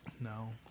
No